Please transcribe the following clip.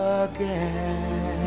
again